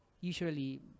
usually